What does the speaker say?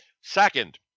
Second